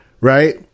Right